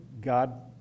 God